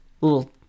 little